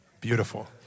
Beautiful